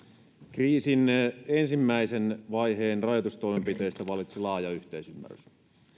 kriisin ensimmäisen vaiheen rajoitustoimenpiteistä vallitsi laaja yhteisymmärrys